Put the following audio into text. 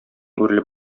үрелеп